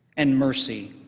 and mercy.